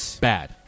bad